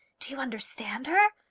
do you understand her?